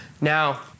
Now